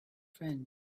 friend